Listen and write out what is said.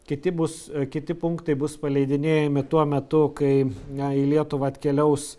kiti bus kiti punktai bus paleidinėjami tuo metu kai na į lietuvą atkeliaus